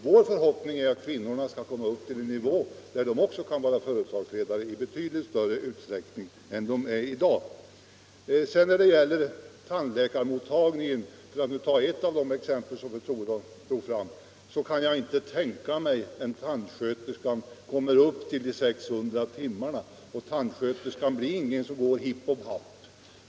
Vår förhoppning är att kvinnorna skall komma upp till en 55 nivå där också de kan vara företagsledare i betydligt större utsträckning än de är i dag. När det gäller att arbeta i en tandläkarmottagning — för att nu ta upp ett av de exempel som fru Troedsson drog fram — kan jag inte tänka mig att en tandsköterska kommer upp till 600 timmar, och en tandsköterska är heller ingen som kan ”komma och gå litet hipp som happ”.